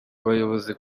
abayobozi